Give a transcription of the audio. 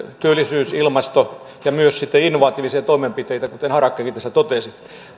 työllisyys ilmasto ja myös sitten innovatiivisia toimenpiteitä kuten harakkakin tässä totesi